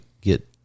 get